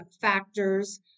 factors